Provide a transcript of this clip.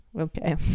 Okay